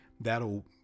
that'll